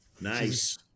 Nice